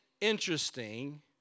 interesting